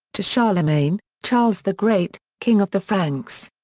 to charlemagne, charles the great, king of the franks.